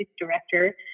director